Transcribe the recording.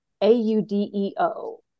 A-U-D-E-O